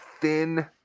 thin